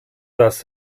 das